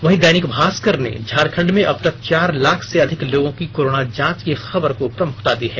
वहीं दैनिक भास्कर ने झारखंड में अबतक चार लाख से अधिक लोगों की कोरोना जांच की खबर को प्रमुखता दी है